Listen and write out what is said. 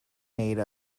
made